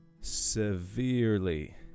severely